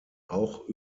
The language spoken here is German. auch